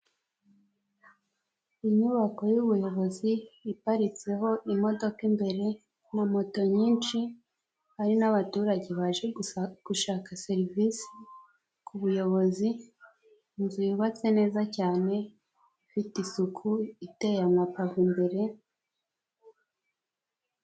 Inyubako y'ubuyobozi iparitseho imodoka imbere na moto nyinshi, hari n'abaturage baje gushaka serivisi ku buyobozi, inzu ybatse neza cyane ifite isuku, iteye amapave imbere.